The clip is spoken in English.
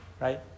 Right